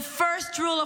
For the past year,